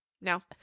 no